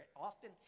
often